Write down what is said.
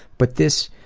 but this